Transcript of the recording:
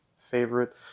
favorite